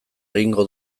egingo